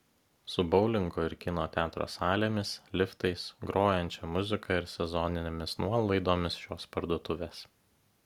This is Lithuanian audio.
su boulingo ir kino teatro salėmis liftais grojančia muzika ir sezoninėmis nuolaidomis šios parduotuvės